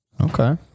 Okay